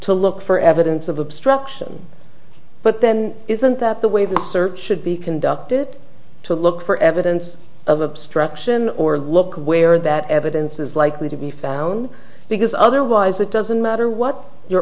to look for evidence of obstruction but then isn't that the way the search should be conducted to look for evidence of obstruction or look where that evidence is likely to be found because otherwise it doesn't matter what you